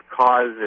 causes